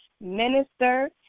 minister